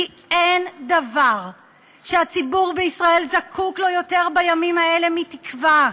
כי אין דבר שהציבור בישראל זקוק לו בימים האלה יותר מתקווה,